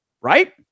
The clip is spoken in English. Right